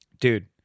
Dude